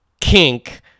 kink